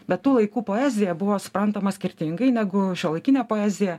bet tų laikų poezija buvo suprantama skirtingai negu šiuolaikinė poezija